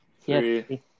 three